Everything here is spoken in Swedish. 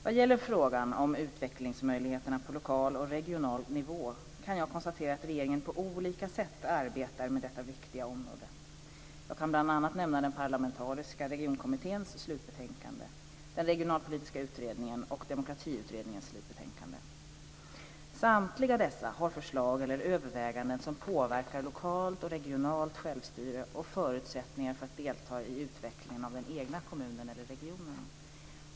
Vad gäller frågan om utvecklingsmöjligheterna på lokal och regional nivå kan jag konstatera att regeringen på olika sätt arbetar med detta viktiga område. Jag kan bl.a. nämna Parlamentariska regionkommitténs slutbetänkande, Regionalpolitiska utredningen och Demokratiutredningens slutbetänkande. Samtliga dessa har förslag eller överväganden som påverkar lokalt och regionalt självstyre och förutsättningar för att delta i utvecklingen av den egna kommunen eller regionen.